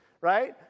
right